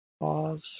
Pause